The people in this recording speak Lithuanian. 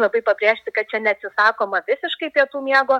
labai pabrėžti kad čia neatsisakoma visiškai pietų miego